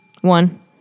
one